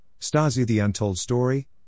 Stasi-The-Untold-Story